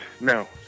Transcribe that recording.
No